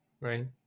right